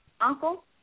uncle